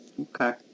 Okay